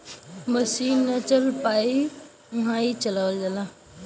मसीन ना चल पाई उहा ई चलावल जाला